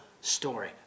story